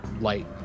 light